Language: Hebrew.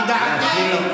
נגמר הזמן שלך.